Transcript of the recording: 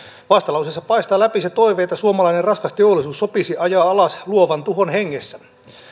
vastalauseesta paistaa läpi se toive että suomalainen raskas teollisuus sopisi ajaa alas luovan tuhon hengessä